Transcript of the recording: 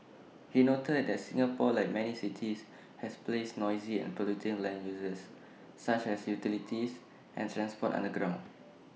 he noted that Singapore like many cities has placed noisy and polluting land uses such as utilities and transport underground